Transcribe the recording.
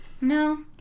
No